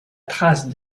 traces